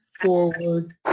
forward